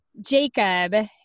Jacob